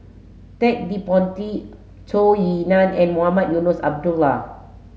Ted De Ponti Zhou Ying Nan and Mohamed Eunos Abdullah